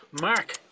Mark